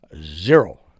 Zero